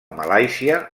malàisia